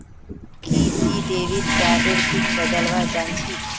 कि ती डेविड कार्डेर पिन बदलवा जानछी